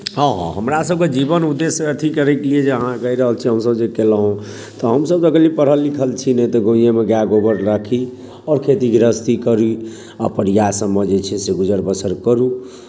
हँ हँ हमरासभके जीवन उद्देश्य अथि करयके लिए जे अहाँ जे कहि रहल छियै जे हमसभ जे केलहुँ तऽ हमसभ तऽ कनि पढ़ल लिखल छी नहि गामेमे गाय गोबर राखी आओर खेती गृहस्थी करी अपन इएह सभमे जे छै से गुजर बसर करू